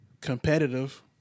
competitive